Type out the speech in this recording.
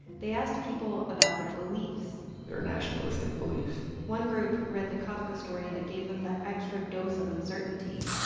they asked people about their beliefs their nationalistic beliefs one group read the kafka story that gave them that extra dose of uncertainty.